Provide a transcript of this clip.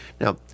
Now